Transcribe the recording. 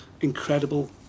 incredible